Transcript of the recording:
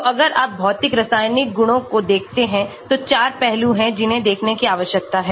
तो अगर आप भौतिक रासायनिक गुणों को देखते हैं तो चार पहलू हैं जिन्हें देखने की आवश्यकता है